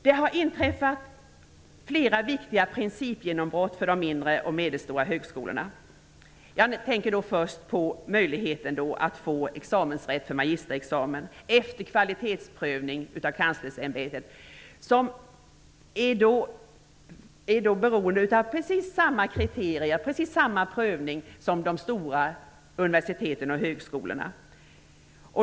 Det har inträffat flera viktiga principgenombrott för de mindre och medelstora högskolorna. Jag tänker först på rätten att utfärda magisterexamen efter kvalitetsprövning av kanslersämbetet. Man är beroende av precis samma kriterier och precis samma prövning som de stora universiteten och högskolorna.